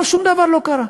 שום דבר לא קרה.